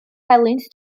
helynt